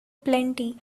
plenty